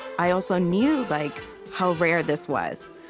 i also knew like how rare this was.